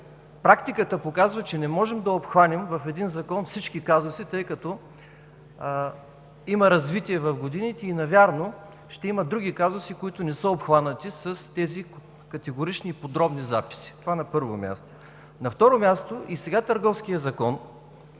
практиката показва, че не можем да обхванем в един закон всички казуси, тъй като има развитие в годините и навярно ще има други казуси, които не са обхванати с тези категорични и подробни записи. На второ място, и сега Търговския закон